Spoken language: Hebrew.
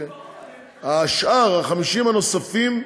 השאר, 50 הנוספים,